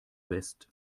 west